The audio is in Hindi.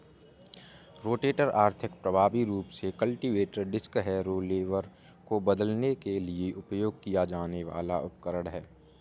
रोटेटर आर्थिक, प्रभावी रूप से कल्टीवेटर, डिस्क हैरो, लेवलर को बदलने के लिए उपयोग किया जाने वाला उपकरण है